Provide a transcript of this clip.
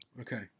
Okay